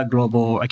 Global